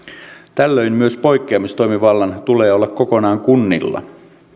tällöin myös poikkeamistoimivallan tulee olla kokonaan kunnilla